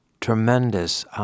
tremendous